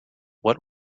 what